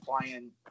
playing